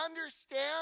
understand